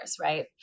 right